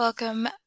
Welcome